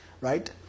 Right